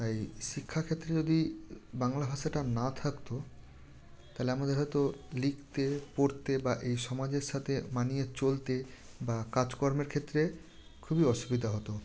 তাই শিক্ষাক্ষেত্রে যদি বাংলা ভাষাটা না থাকতো তাহলে আমাদের হয়তো লিখতে পড়তে বা এই সমাজের সাথে মানিয়ে চলতে বা কাজকর্মের ক্ষেত্রে খুবই অসুবিধা হতো